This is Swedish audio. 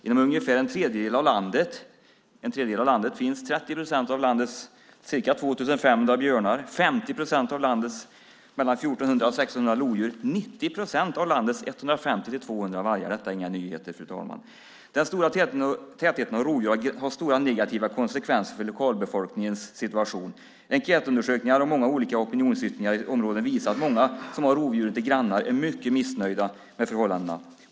Inom ungefär en tredjedel av landet finns 30 procent av landets ca 2 500 björnar, 50 procent av landets 1 400-1 600 lodjur och 90 procent av landets 150-200 vargar. Detta är inga nyheter, fru talman. Den stora tätheten av rovdjur har stora negativa konsekvenser för lokalbefolkningens situation. Enkätundersökningar och många olika opinionsyttringar i området visar att många som har rovdjuren till grannar är mycket missnöjda med förhållandena.